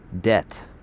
debt